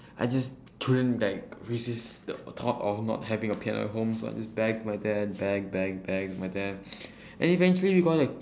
I just couldn't like resist the thought of not having a piano at home so I just begged my dad beg beg begged my dad and eventually we got a